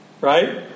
right